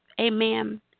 Amen